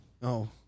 no